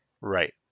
Right